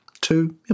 two